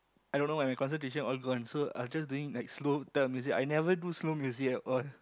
i don't know why my concentration all gone so I was just doing like slow type of music I never do slow music at all